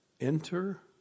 Enter